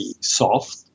soft